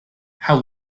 how